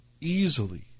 easily